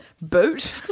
boot